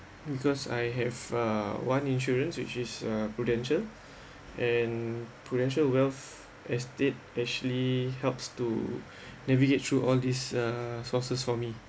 because I have uh one insurance which is uh Prudential and Prudential wealth estate actually helps to navigate through all this uh sources for me